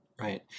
Right